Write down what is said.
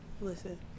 Listen